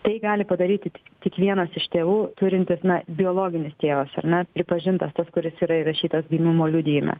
tai gali padaryti tik vienas iš tėvų turintis na biologinis tėvas ar ne pripažintas tas kuris yra įrašytas gimimo liudijime